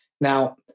now